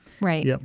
Right